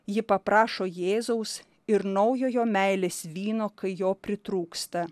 ji paprašo jėzaus ir naujojo meilės vyno kai jo pritrūksta